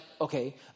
okay